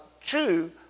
two